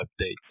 updates